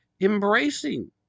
embracing